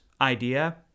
idea